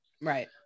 Right